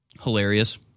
Hilarious